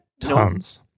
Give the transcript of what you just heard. Tons